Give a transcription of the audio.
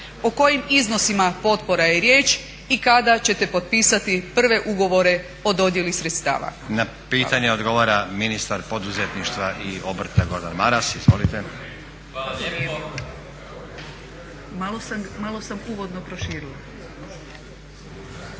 o kojim iznosima potpora je riječ i kada ćete potpisati prve ugovore o dodjeli sredstava? **Stazić, Nenad (SDP)** Na pitanja odgovara ministar poduzetništva i obrta Gordan Maras. Izvolite. **Maras, Gordan